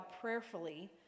prayerfully